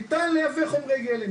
ניתן לייבא חומרי גלם,